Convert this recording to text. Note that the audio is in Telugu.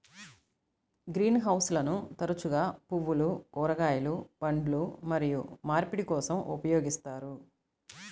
గ్రీన్ హౌస్లను తరచుగా పువ్వులు, కూరగాయలు, పండ్లు మరియు మార్పిడి కోసం ఉపయోగిస్తారు